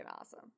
awesome